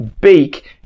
beak